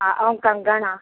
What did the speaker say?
हा ऐं कंगड़ आहे